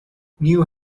new